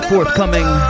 forthcoming